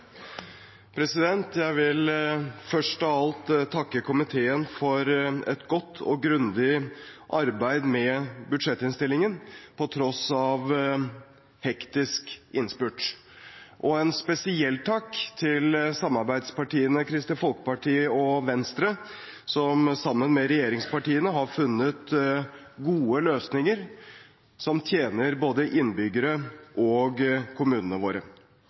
Jeg vil først av alt takke komiteen for et godt og grundig arbeid med budsjettinnstillingen til tross for en hektisk innspurt. En spesiell takk til samarbeidspartiene, Kristelig Folkeparti og Venstre, som sammen med regjeringspartiene har funnet gode løsninger som tjener både innbyggerne og kommunene våre.